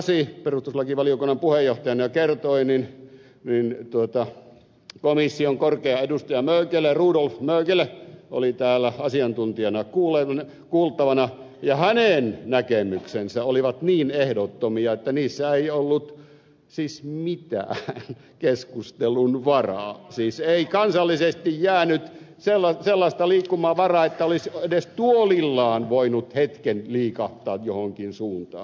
sasi perustuslakivaliokunnan puheenjohtajana jo kertoi kun komission korkea edustaja rudolf mögele oli täällä asiantuntijana kuultavana ja hänen näkemyksensä olivat niin ehdottomia että niissä ei ollut mitään keskustelun varaa siis ei kansallisesti jäänyt sellaista liikkumavaraa että olisi edes tuolillaan voinut hetken liikahtaa johonkin suuntaan